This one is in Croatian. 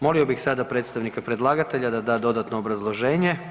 Molilo bih sada predstavnika predlagatelja da da dodatno obrazloženje.